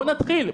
בואו נתחיל,